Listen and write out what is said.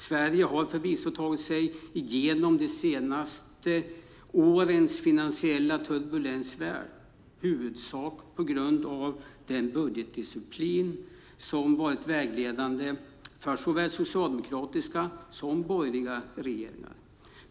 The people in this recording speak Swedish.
Sverige har förvisso tagit sig igenom de senaste årens finansiella turbulens väl, huvudsakligen på grund av den budgetdisciplin som varit vägledande för såväl socialdemokratiska som borgerliga regeringar.